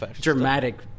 dramatic